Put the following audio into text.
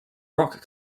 rock